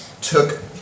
took